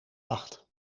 acht